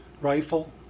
rifle